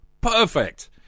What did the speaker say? Perfect